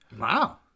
Wow